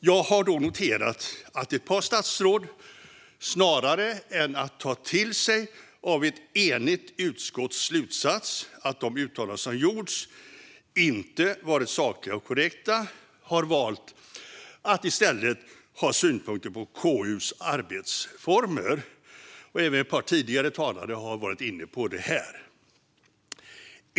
Jag har noterat att ett par statsråd snarare än att ta till sig av ett enigt utskotts slutsats att de uttalanden som gjorts inte varit sakliga och korrekta har valt att i stället ha synpunkter på KU:s arbetsformer. Även ett par tidigare talare har varit inne på den frågan här.